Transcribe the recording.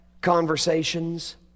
conversations